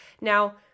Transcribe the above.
Now